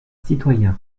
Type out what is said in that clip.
citoyen